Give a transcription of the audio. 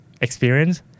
experience